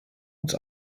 uns